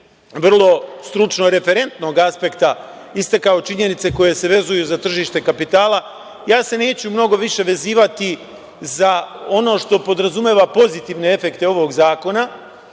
vrlo stručno referentnog aspekta istakao činjenice koje se vezuju za tržište kapital, ja se neću mnogo više vezivati za ono što podrazumeva pozitivne efekte ovog zakona,